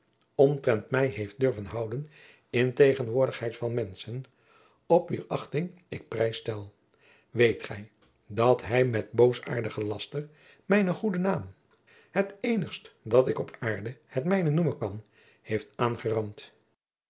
omtrent mij heeft durven houden in tegenwoordigheid van menschen op wier achting ik prijs stel weet gij dat hij met boosaartigen laster mijnen goeden naam het eenigst dat ik op aarde het mijne noemen kan heeft aangerand